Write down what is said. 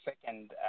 second